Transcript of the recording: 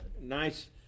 Nice